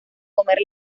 comer